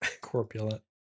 Corpulent